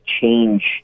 change